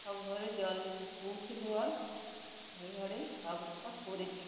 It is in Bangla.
সব ঘরে জল পৌঁছে দেওয়ার ঘরে ঘরে ব্যবস্থা করেছে